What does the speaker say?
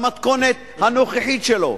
במתכונת הנוכחית שלו,